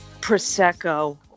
prosecco